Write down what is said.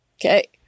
Okay